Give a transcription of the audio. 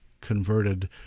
converted